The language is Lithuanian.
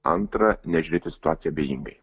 antra nežiūrėt į situaciją abejingai